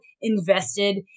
invested